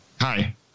Hi